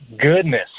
goodness